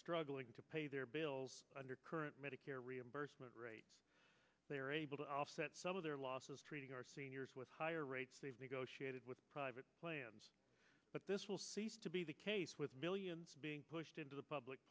struggling to pay their bills under current medicare reimbursement rates they're able to offset some of their losses treating our seniors with higher rates they've negotiated with private plans but this will cease to be the case with millions being pushed into the public